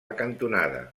cantonada